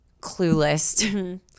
clueless